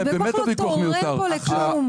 כל כך לא תורם פה לכלום.